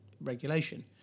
regulation